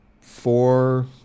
four